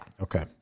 Okay